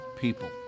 people